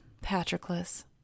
Patroclus